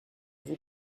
vous